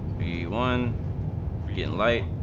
eighty one in light